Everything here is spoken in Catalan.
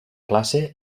classe